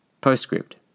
Postscript